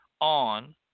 on